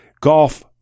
golf